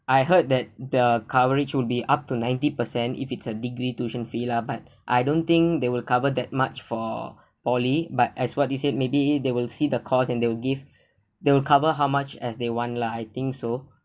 I heard that the coverage will be up to ninety percent if it's a degree tuition fee lah but I don't think they will cover that much for poly but as what you said maybe they will see the cost and they'll give they'll cover how much as they want lah I think so